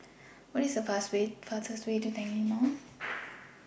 Find The fastest Way to Tanglin Mall